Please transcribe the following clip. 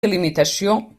delimitació